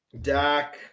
Dak